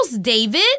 David